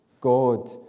God